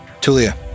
Tulia